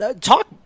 Talk